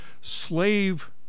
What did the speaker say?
slave